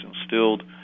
instilled